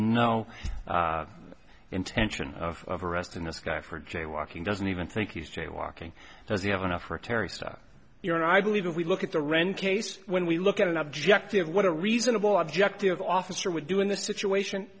no intention of arrest and this guy for jaywalking doesn't even think he's jaywalking does he have enough for a terry stop you know and i believe if we look at the ren case when we look at an objective what a reasonable objective officer would do in this situation